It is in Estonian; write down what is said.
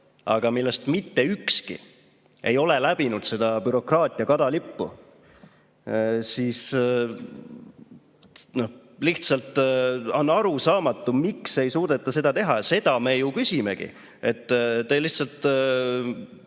aga millest mitte ükski ei ole läbinud bürokraatia kadalippu, siis on lihtsalt arusaamatu, miks ei suudeta seda teha. Seda me ju küsimegi. Te lihtsalt